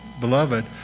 beloved